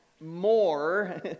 more